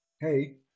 hey